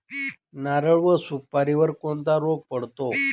नारळ व सुपारीवर कोणता रोग पडतो?